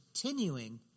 continuing